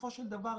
בסופו של דבר,